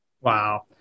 Wow